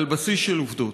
על בסיס של עובדות.